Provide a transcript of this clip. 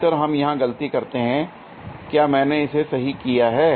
अधिकतर हम यहां गलती करते हैं l क्या मैंने इसे सही किया है